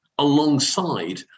alongside